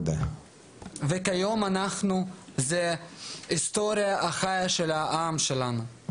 כיום אנחנו ההיסטוריה של העם שלנו.